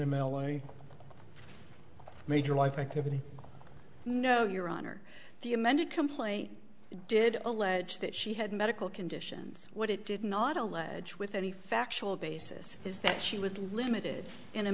a major life activity no your honor the amended complaint did allege that she had medical conditions what it did not allege with any factual basis is that she was limited in a